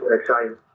exciting